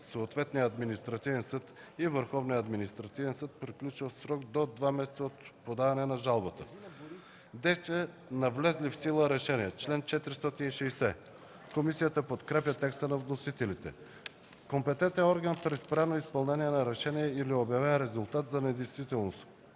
съответния административен съд и Върховния административен съд приключва в срок до два месеца от подаването на жалбата.” „Действия на влезлите в сила решения.” Комисията подкрепя текста на вносителите за чл. 460. „Компетентен орган при спряно изпълнение на решение или обявен резултат за недействителен.”